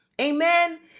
Amen